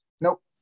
Nope